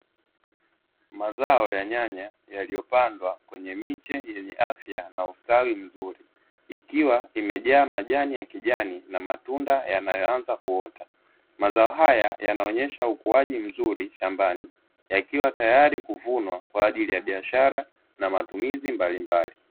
Mazao ya nyanya yaliyopandwa kwenye miche yenye afya na ustawi mzuri, ikiwa imejaa majani ya kijani na matunda yanayoanza kuota. Mazao haya yanaonyesha ukuaji mzuri shambani yakiwa tayari kuvunwa kwa ajili ya biashara na matumizi mbalimbali.